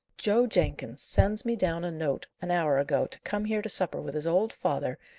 joe jenkins sends me down a note an hour ago, to come here to supper with his old father,